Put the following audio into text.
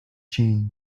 change